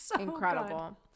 Incredible